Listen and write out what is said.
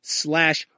slash